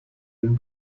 den